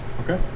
okay